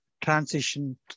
transition